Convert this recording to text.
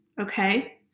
okay